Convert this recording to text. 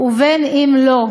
ובין אם לא.